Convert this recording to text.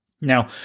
Now